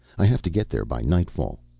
i have to get there by nightfall.